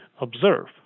observe